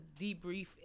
debrief